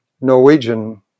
Norwegian